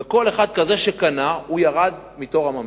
וכל אחד שקנה, ירד מתור הממתינים.